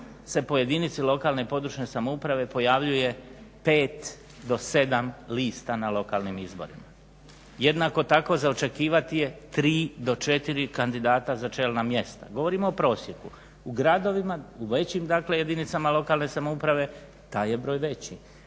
se po jedinici lokalne i područne samouprave pojavljuje 5 do 7 lista na lokalnim izborima. Jednako tako za očekivati je 3 do 4 kandidata za čelna mjesta, govorimo o prosjeku. U gradovima u većim jedinicama lokalne samouprave taj je broj veći